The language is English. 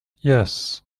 yes